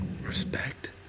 Respect